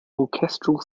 orchestral